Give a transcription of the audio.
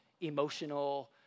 emotional